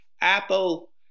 Apple –